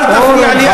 חזן, שמעתי אותך,